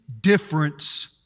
difference